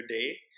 day